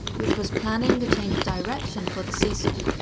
which was planning a change of direction for the cecil.